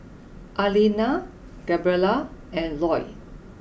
Arlena Gabriela and Lloyd